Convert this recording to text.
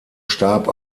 starb